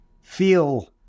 feel